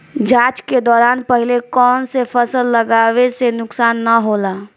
जाँच के दौरान पहिले कौन से फसल लगावे से नुकसान न होला?